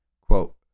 quote